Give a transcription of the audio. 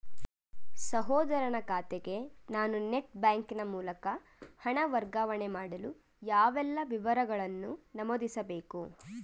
ಸಹೋದರನ ಖಾತೆಗೆ ನಾನು ನೆಟ್ ಬ್ಯಾಂಕಿನ ಮೂಲಕ ಹಣ ವರ್ಗಾವಣೆ ಮಾಡಲು ಯಾವೆಲ್ಲ ವಿವರಗಳನ್ನು ನಮೂದಿಸಬೇಕು?